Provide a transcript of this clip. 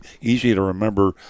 easy-to-remember